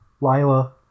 Lila